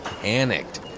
panicked